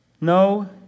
No